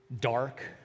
dark